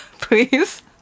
please